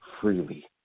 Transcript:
freely